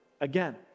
again